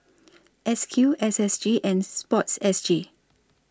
S Q S S G and Sports S G